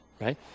right